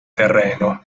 terreno